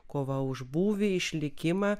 kova už būvį išlikimą